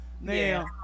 Now